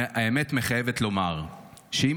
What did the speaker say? האמת מחייבת לומר שאם